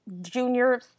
junior